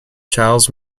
charles